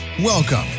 Welcome